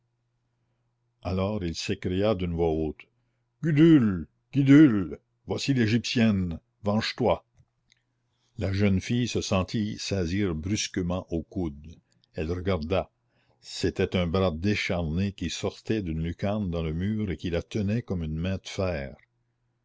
alors il s'écria d'une voix haute gudule gudule voici l'égyptienne venge-toi la jeune fille se sentit saisir brusquement au coude elle regarda c'était un bras décharné qui sortait d'une lucarne dans le mur et qui la tenait comme une main de fer